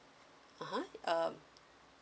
(uh huh) uh